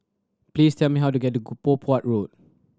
please tell me how to get to Poh Huat Road